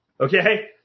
Okay